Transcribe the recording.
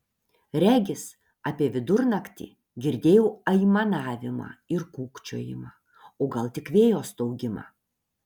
regis apie vidurnaktį girdėjau aimanavimą ir kūkčiojimą o gal tik vėjo staugimą